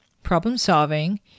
problem-solving